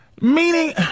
Meaning